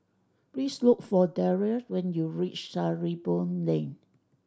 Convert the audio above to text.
please look for Daryle when you reach Sarimbun Lane